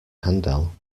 handel